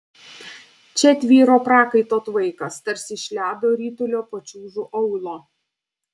čia tvyro prakaito tvaikas tarsi iš ledo ritulio pačiūžų aulo